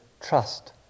trust